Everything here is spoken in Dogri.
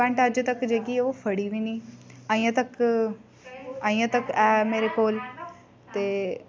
पैंट अज्ज तक जेह्की एह् फड़ी बी नेईं अज्जें तक अजें तक ऐ मेरे कोल ते